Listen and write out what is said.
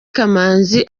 kamanzi